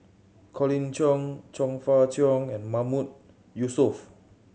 Colin Cheong Chong Fah Cheong and Mahmood Yusof